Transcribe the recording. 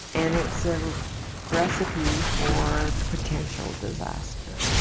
and it's a recipe for potential disaster,